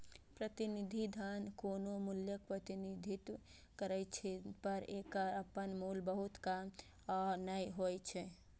प्रतिनिधि धन कोनो मूल्यक प्रतिनिधित्व करै छै, पर एकर अपन मूल्य बहुत कम या नै होइ छै